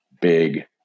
big